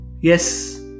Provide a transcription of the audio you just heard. Yes